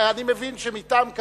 חבר הכנסת שלמה מולה.